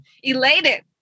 Elated